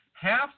half